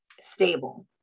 stable